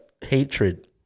hatred